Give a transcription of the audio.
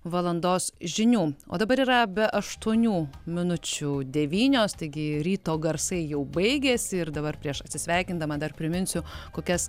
valandos žinių o dabar yra be aštuonių minučių devynios taigi ryto garsai jau baigėsi ir dabar prieš atsisveikindama dar priminsiu kokias